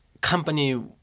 company